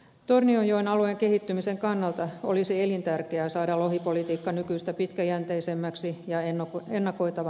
tornionjoen alueen kehittymisen kannalta olisi elintärkeää saada lohipolitiikka nykyistä pitkäjänteisemmäksi ja ennakoitavammaksi